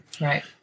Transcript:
Right